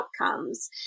outcomes